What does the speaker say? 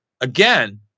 again